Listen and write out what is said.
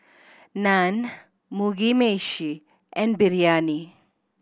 Naan Mugi Meshi and Biryani